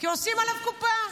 כי עושים עליו קופה.